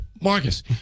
Marcus